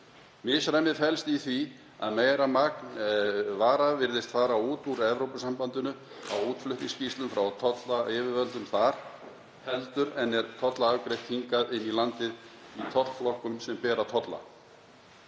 Misræmið felst í því að meira magn af vöru virðist fara út úr Evrópusambandinu á útflutningsskýrslum frá tollyfirvöldum þar en er tollafgreitt hingað inn í landið í tollflokkum sem bera tolla.